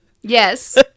Yes